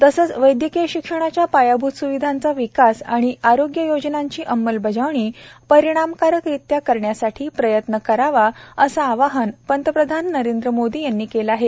तसेच वैदयकीय शिक्षणाच्या पायाभूत सुविधांचा विकास आणि आरोग्य योजनांची अंमलबजावणी परिणामकारकरित्या करण्यासाठी प्रयत्न करावा असे आवाहन प्रधानमंत्री नरेंद्र मोदी यांनी केले आहे